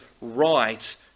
right